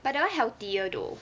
but that [one] healthier though